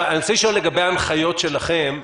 אני רוצה לשאול לגבי ההנחיות שלכם,